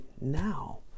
now